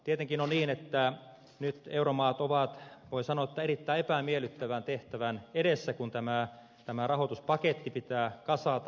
tietenkin on niin että nyt euromaat ovat voi sanoa erittäin epämiellyttävän tehtävän edessä kun tämä rahoituspaketti pitää kasata